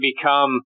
become